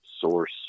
source